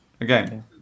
again